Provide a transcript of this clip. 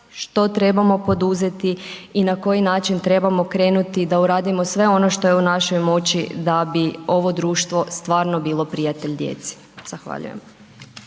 što trebamo poduzeti i na koji način trebamo krenuti da uradimo sve ono što je u našoj moći, da bi ovo društvo stvarno bilo prijatelj djece.